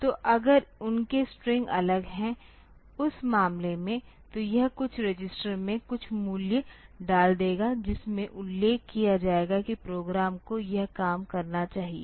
तो अगर उनके स्ट्रिंग अलग हैं उस मामले में तो यह कुछ रजिस्टर में कुछ मूल्य डाल देगा जिसमें उल्लेख किया जाएगा कि प्रोग्राम को यह काम करना चाहिए